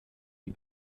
die